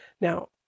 now